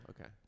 Okay